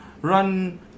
run